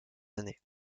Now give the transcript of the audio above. années